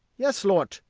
yes, lort,